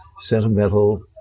sentimental